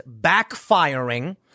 backfiring